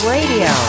Radio